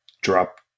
drop